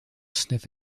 sniff